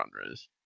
genres